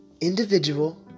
Individual